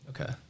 Okay